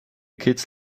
kids